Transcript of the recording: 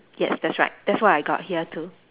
yes that's right that's what I got here too